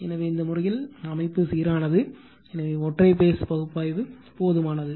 எனவே இந்த முறையில் அமைப்பு சீரானது எனவே ஒற்றை பேஸ் பகுப்பாய்வு போதுமானது